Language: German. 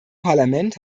parlament